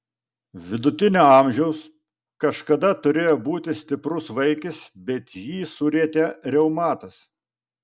vidutinio amžiaus kažkada turėjo būti stiprus vaikis bet jį surietė reumatas